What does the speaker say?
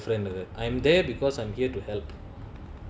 and I'm your boyfriend or that I'm there because I'm here to help